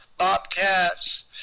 bobcats